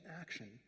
action